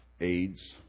AIDS